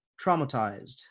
traumatized